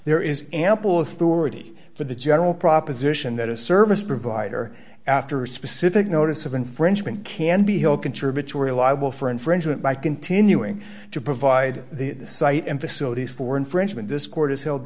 there is ample authority for the general proposition that a service provider after specific notice of infringement can be held contributory liable for infringement by continuing to provide the site and facilities for infringement